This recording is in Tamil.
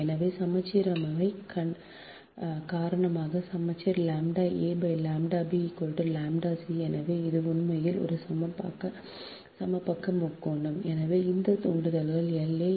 எனவே சமச்சீர்மை காரணமாக சமச்சீர் ʎa ʎb ʎ c எனவே இது உண்மையில் ஒரு சமபக்க முக்கோணம் எனவே இந்த தூண்டல்கள் L a L b L c